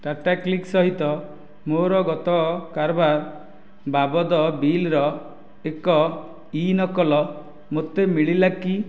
ଟାଟାକ୍ଲିକ୍ ସହିତ ମୋର ଗତ କାରବାର ବାବଦ ବିଲ ର ଏକ ଇ ନକଲ ମୋତେ ମିଳିଲା କି